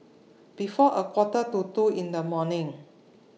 before A Quarter to two in The morning